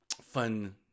fun